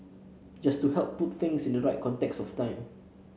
just to help put things in the right context of time